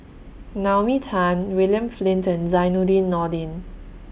Naomi Tan William Flint and Zainudin Nordin